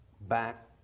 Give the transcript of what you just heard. back